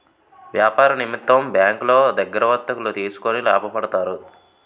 వ్యాపార నిమిత్తం బ్యాంకులో దగ్గర వర్తకులు తీసుకొని లాభపడతారు